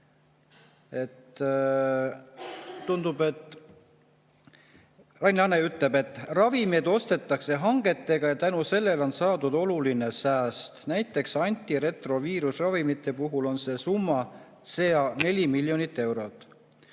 Rain Laanet. Rain Laane ütleb, et ravimeid ostetakse hangetega ja tänu sellele on saadud oluline sääst. Näiteks antiretroviirusravimite puhul on see summacirca4 miljonit eurot.